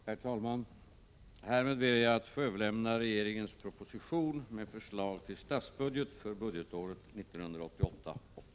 Herr talman! Härmed ber jag att få överlämna regeringens proposition med förslag till statsbudget för budgetåret 1988/89.